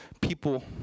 people